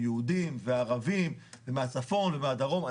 יהודים וערבים ומהצפון ומהדרום.